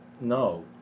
no